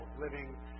living